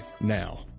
now